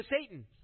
Satan